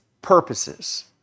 purposes